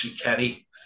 Kenny